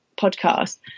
podcast